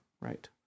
right